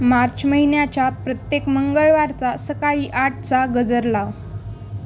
मार्च महिन्याच्या प्रत्येक मंगळवारचा सकाळी आठचा गजर लाव